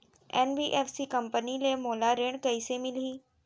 NBFC company ले मोला ऋण कइसे मिलही?